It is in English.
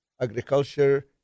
agriculture